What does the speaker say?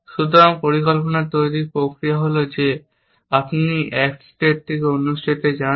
সুতরাং পরিকল্পনা তৈরির প্রক্রিয়া হল যে আপনি এক স্টেট থেকে অন্য স্টেটে যান